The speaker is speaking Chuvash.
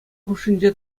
хушшинче